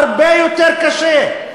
הרבה יותר קשה.